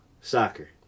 soccer